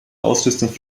ausrüstung